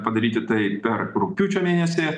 padaryti tai per rugpjūčio mėnesį